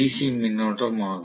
C மின்னோட்டம் ஆகும்